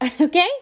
Okay